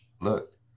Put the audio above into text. Look